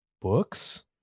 books